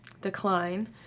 decline